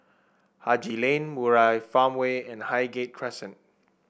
Haji Lane Murai Farmway and Highgate Crescent